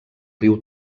riu